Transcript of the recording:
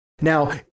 Now